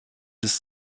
des